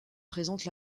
présente